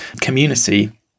community